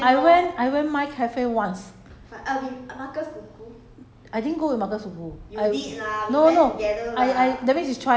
uh orh 现在有 free flow I went I went minds cafe once